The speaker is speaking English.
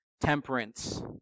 temperance